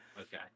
Okay